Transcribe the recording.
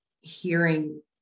hearing